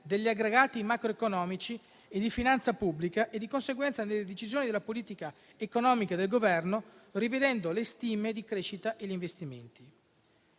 degli aggregati macroeconomici e di finanza pubblica e, di conseguenza, nelle decisioni della politica economica del Governo, rivedendo le stime di crescita e gli investimenti.